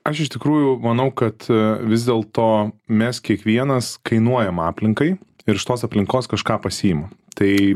aš iš tikrųjų manau kad vis dėlto mes kiekvienas kainuojam aplinkai ir iš tos aplinkos kažką pasiimam tai